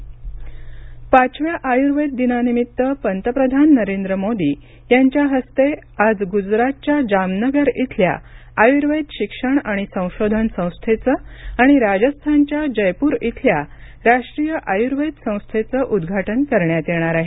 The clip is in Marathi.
आयर्वेद मोदी पाचव्या आयुर्वेद दिनानिमित्त पंतप्रधान नरेंद्र मोदी यांच्या हस्ते आज गुजरातच्या जामनगर इथल्या आयुर्वेद शिक्षण आणि संशोधन संस्थेचं आणि राजस्थानच्या जयपूर इथल्या राष्ट्रीय आयुर्वेद संस्थेचं उद्घाटन करण्यात येणार आहे